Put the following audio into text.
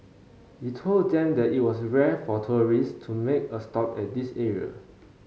he told them that it was rare for tourists to make a stop at this area